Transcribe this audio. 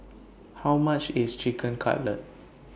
How much IS Chicken Cutlet